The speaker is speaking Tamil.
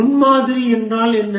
முன்மாதிரி என்றால் என்ன